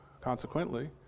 consequently